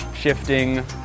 shifting